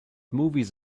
movies